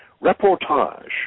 reportage